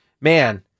man